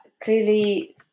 clearly